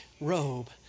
robe